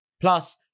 Plus